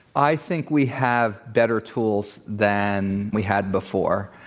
i think we have better tools than we had before.